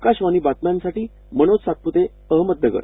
आकाशवाणी बातम्यांसाठी मनोज सातपुते अहमदनगर